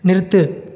நிறுத்து